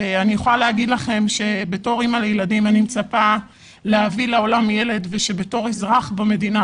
אני יכולה להגיד לכם שכאימא אני מצפה להביא לעולם ילד וכאזרח במדינה,